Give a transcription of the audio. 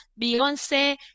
Beyonce